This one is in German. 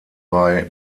bei